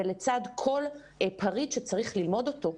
ולצד כל פריט שצריך ללמוד אותו,